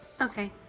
Okay